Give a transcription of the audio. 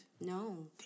No